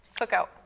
Cookout